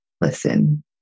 listen